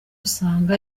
usanga